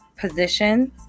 positions